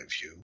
view